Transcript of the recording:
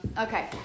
Okay